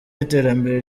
y’iterambere